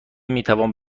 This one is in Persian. میتوان